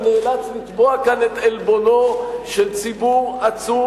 אני נאלץ לתבוע כאן את עלבונו של ציבור עצום